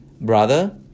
Brother